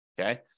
Okay